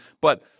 but-